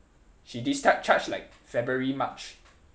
she discharge~ charged like february march